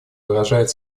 выражает